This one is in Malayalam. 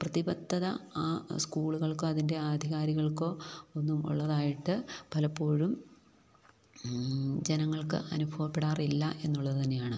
പ്രതിബദ്ധത ആ സ്കൂളുകൾക്കോ അതിൻ്റെ അധികാരികൾക്കോ ഒന്നുമുള്ളതായിട്ട് പലപ്പോഴും ജനങ്ങൾക്ക് അനുഭവപ്പെടാറില്ലെന്നുള്ളത് തന്നെയാണ്